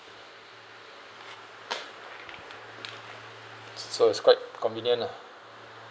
so it's quite convenient lah